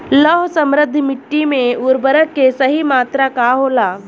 लौह समृद्ध मिट्टी में उर्वरक के सही मात्रा का होला?